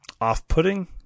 off-putting